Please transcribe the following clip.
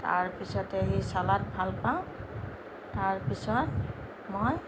তাৰপিছতে সি চালাড ভাল পাওঁ তাৰপিছত মই